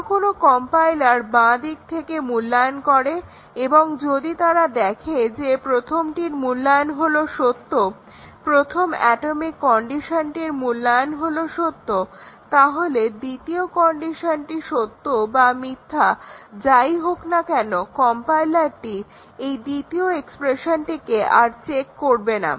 কোনো কোনো কম্পাইলার বাঁ দিক থেকে মূল্যায়ন করে এবং যদি তারা দেখে যে প্রথমটির মূল্যায়ন হলো সত্য প্রথম অ্যাটমিক কন্ডিশনটির মূল্যায়ন হলো সত্য তাহলে দ্বিতীয় এক্সপ্রেশনটি সত্য বা মিথ্যা যাই হোক না কেন কম্পাইলারটি এই দ্বিতীয় এক্সপ্রেশনটিকে আর চেক করবে না